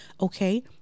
Okay